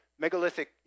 megalithic